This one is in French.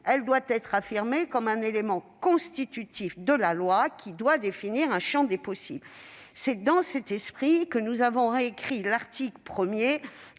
elle doit être affirmée comme un élément constitutif de la loi qui définit un champ des possibles. C'est dans cet esprit que nous avons récrit l'article 1,